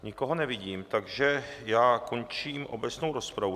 Nikoho nevidím, takže končím obecnou rozpravu.